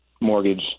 mortgage